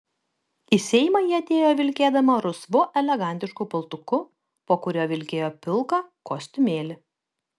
į seimą ji atėjo vilkėdama rusvu elegantišku paltuku po kuriuo vilkėjo pilką kostiumėlį